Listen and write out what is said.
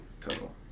total